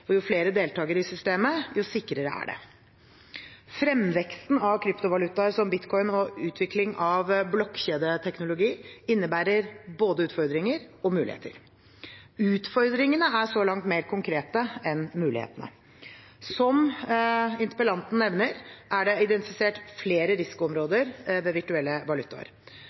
Jo flere deltakere i systemet, jo sikrere er det. Fremveksten av kryptovalutaer som bitcoin og utvikling av blokkjedeteknologi innebærer både utfordringer og muligheter. Utfordringene er så langt mer konkrete enn mulighetene. Som interpellanten nevner, er det identifisert flere risikoområder ved virtuelle valutaer.